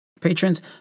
Patrons